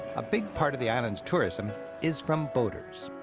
a big part of the island's tourism is from boaters.